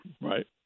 Right